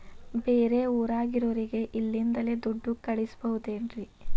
ಬೇರೆ ಊರಾಗಿರೋರಿಗೆ ಇಲ್ಲಿಂದಲೇ ದುಡ್ಡು ಕಳಿಸ್ಬೋದೇನ್ರಿ?